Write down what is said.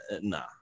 Nah